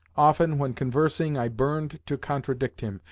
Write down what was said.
often, when conversing, i burned to contradict him,